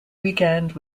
weekend